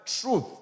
truth